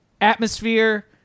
atmosphere